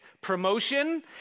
promotion